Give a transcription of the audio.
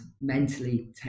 mentally